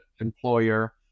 employer